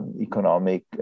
economic